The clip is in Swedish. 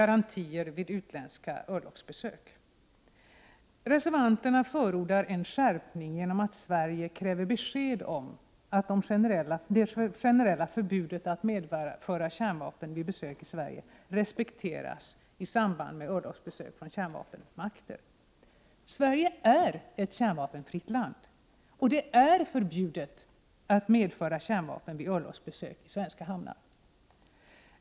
Reservanterna förordar en skärpning genom att Sverige kräver besked om att det generella förbudet att medföra kärnvapen vid besök i Sverige respekteras i samband med örlogsbesök från kärnvapenmakter. Sverige är ett kärnvapenfritt land, och det är förbjudet att medföra kärnvapen vid örlogsbesök i svenska hamnar.